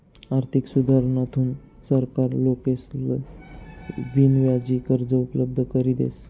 आर्थिक सुधारणाथून सरकार लोकेसले बिनव्याजी कर्ज उपलब्ध करी देस